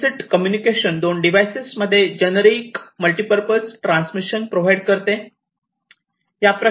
explicit communication 2 devices मध्ये generic multipurpose transmission provide करते